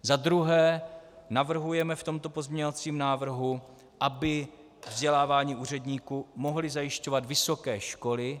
Za druhé navrhujeme v tomto pozměňovacím návrhu, aby vzdělávání úředníků mohly zajišťovat vysoké školy.